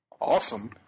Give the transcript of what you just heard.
Awesome